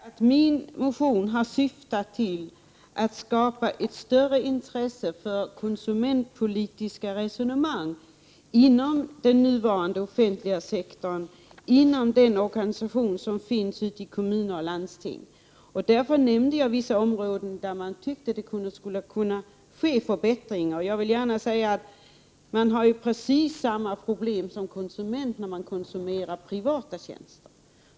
Herr talman! Jag vill gärna säga att min motion har syftat till att skapa ett större intresse för konsumentpolitiska resonemang inom den nuvarande offentliga sektorn inom den organisation som finns ute i kommuner och landsting. Därför nämnde jag vissa områden där man tyckt att det skulle kunna ske förbättringar. Jag vill gärna säga att man har precis samma problem som konsument när man konsumerar privata tjänster.